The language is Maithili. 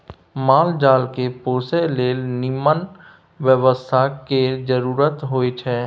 माल जाल केँ पोसय लेल निम्मन बेवस्था केर जरुरत होई छै